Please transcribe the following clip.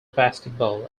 basketball